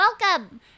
Welcome